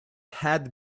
had